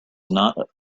not